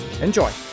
Enjoy